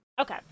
Okay